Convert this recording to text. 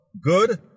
good